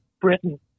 Britain